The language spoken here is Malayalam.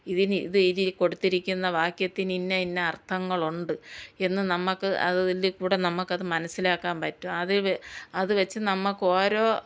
ഇതിന് ഇതിൽ കൊടുത്തിരിക്കുന്ന വാക്യത്തിന് ഇന്ന ഇന്ന അർത്ഥങ്ങളുണ്ട് എന്ന് നമുക്ക് അതിൽ കൂടെ നമുക്കത് മനസ്സിലാക്കാൻ പറ്റും അത് അത് വെച്ച് നമുക്കോരോ